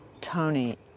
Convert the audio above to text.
Tony